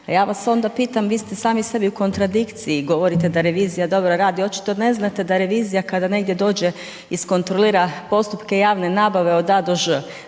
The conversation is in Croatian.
A ja vas onda pitam, vi ste sami sebi u kontradikciji, govorite da revizija dobro radi, očito ne znate da revizija, kada negdje dođe, iskontrolira postupke javne nabave od a do ž.